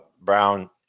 Brown